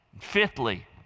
Fifthly